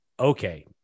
okay